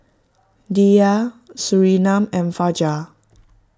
Dhia Surinam and Fajar